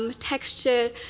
um texture,